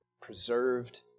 preserved